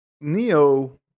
Neo